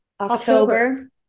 October